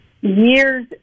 years